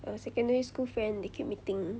err secondary school friend they keep meeting